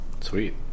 Sweet